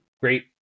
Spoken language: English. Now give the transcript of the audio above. great